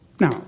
Now